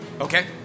Okay